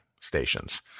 stations